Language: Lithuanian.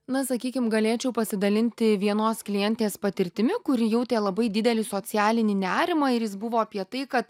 na sakykim galėčiau pasidalinti vienos klientės patirtimi kuri jautė labai didelį socialinį nerimą ir jis buvo apie tai kad